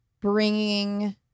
bringing